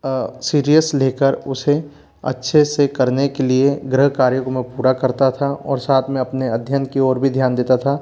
serious लेकर उसे अच्छे से करने के लिए गृह कार्य को मैं पूरा करता था और साथ में अपने अध्ययन की ओर भी ध्यान देता था